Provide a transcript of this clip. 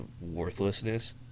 worthlessness